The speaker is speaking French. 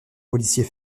policier